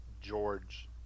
George